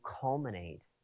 culminate